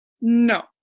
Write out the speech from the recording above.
No